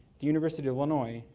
the university of illinois,